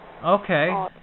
Okay